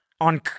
on